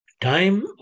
time